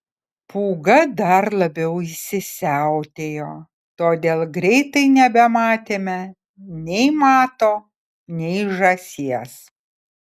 pūga dar labiau įsisiautėjo todėl greitai nebematėme nei mato nei žąsies